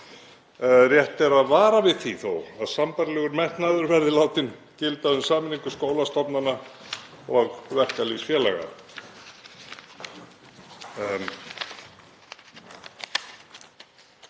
Rétt er þó að vara við því að sambærilegur metnaður verði látinn gilda um sameiningu skólastofnana og verkalýðsfélaga.